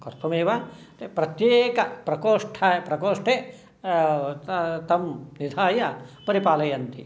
कर्तुमेव ते प्रत्येकप्रकोष्ठ प्रकोष्टे तं निधाय परिपालयन्ति